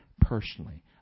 Personally